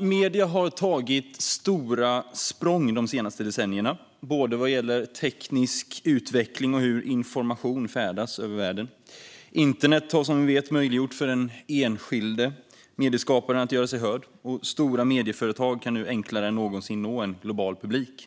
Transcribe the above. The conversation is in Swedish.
Medierna har tagit stora språng de senaste decennierna, både vad gäller teknisk utveckling och vad gäller hur information färdas över världen. Internet har som vi vet möjliggjort för den enskilde medieskaparen att göra sig hörd, och stora medieföretag kan nu enklare än någonsin nå en global publik.